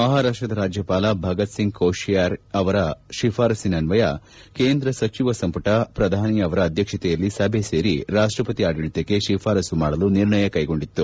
ಮಹಾರಾಪ್ಷದ ರಾಜ್ಯಪಾಲ ಭಗತ್ ಸಿಂಗ್ ಕೋಶಿಯಾರ್ ಅವರ ಶಿಫಾರಸ ಅನ್ವಯ ಕೇಂದ್ರ ಸಚಿವ ಸಂಪುಟ ಪ್ರಧಾನಿ ಅವರ ಅಧ್ಯಕ್ಷತೆಯಲ್ಲಿ ಸಭೆ ಸೇರಿ ರಾಷ್ಷಪತಿ ಆಡಳಿತಕ್ಕೆ ಶಿಫಾರಸು ಮಾಡಲು ನಿರ್ಣಯ ಕ್ಲೆಗೊಂಡಿತ್ತು